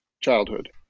childhood